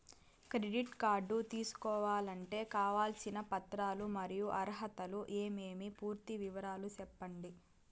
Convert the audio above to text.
Credit card తీసుకోవాలంటే కావాల్సిన పత్రాలు మరియు అర్హతలు ఏమేమి పూర్తి వివరాలు సెప్పండి?